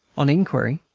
on inquiry,